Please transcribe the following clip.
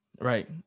Right